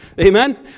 Amen